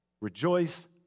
Rejoice